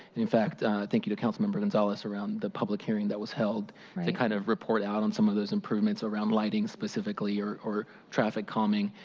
in fact thank you to council member gonzalez around the public hearing that was held to kind of report out on some of the improvements around lighting specifically or or traffic combing.